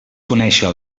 conèixer